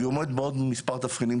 ועוד מספר תבחינים